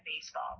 baseball